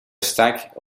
stack